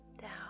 down